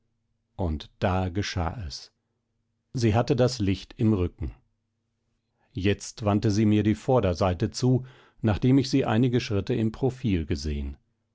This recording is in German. und da geschah es sie hatte das licht im rücken jetzt wandte sie mir die vorderseite zu nachdem ich sie einige schritte im profil gesehen